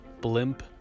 blimp